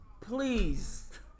Please